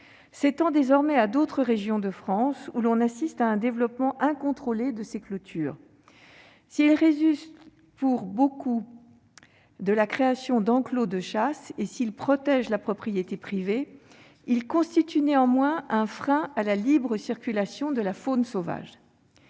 s'étend désormais à d'autres régions de France, où l'on assiste au développement incontrôlé des clôtures. S'il résulte, pour une large part, de la création d'enclos de chasse et s'il protège la propriété privée, il constitue néanmoins un frein à la libre circulation de la faune sauvage.